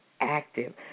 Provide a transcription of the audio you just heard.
active